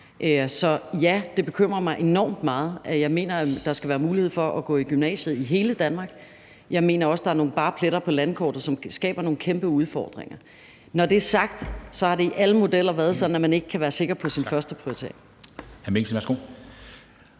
Så ja, det bekymrer mig enormt meget, for jeg mener jo, at der skal være mulighed for at gå i gymnasiet i hele Danmark. Jeg mener også, der er nogle bare pletter på landkortet, som skaber nogle kæmpe udfordringer. Når det er sagt, har det i alle modeller været sådan, at man ikke kan være sikker på sin førsteprioritering.